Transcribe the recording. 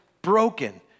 Broken